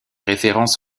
référence